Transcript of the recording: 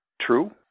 True